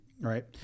Right